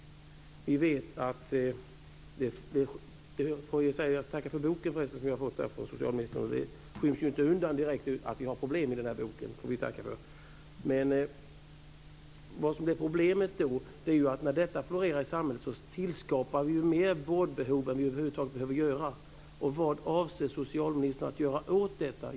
Jag får förresten tacka för boken som vi har fått av socialministern. Där göms inte direkt undan att vi har problem. Det får vi tacka för. Men problemet är att när detta florerar i samhället tillskapar vi mer vårdbehov än vi över huvud taget behöver göra. Vad avser socialministern att göra åt detta?